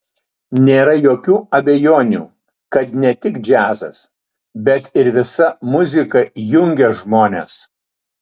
nėra jokių abejonių kad ne tik džiazas bet ir visa muzika jungia žmonės